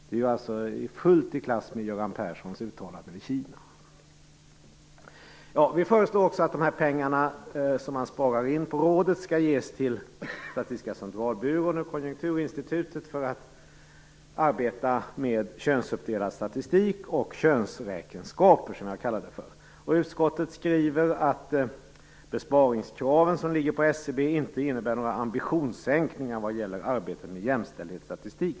Det är fullt i klass med Göran Vänsterpartiet föreslår att de pengar man sparar in på rådet skall ges till Statistiska Centralbyråns och Konjunkturinstitutets arbete med könsuppdelad statistik och könsräkenskaper, som jag kallar det för. Utskottet skriver att besparingskraven som ligger på SCB inte innebär några ambitionssänkningar vad gäller arbete med jämställdhetsstatistik.